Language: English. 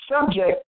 subject